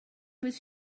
was